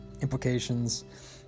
implications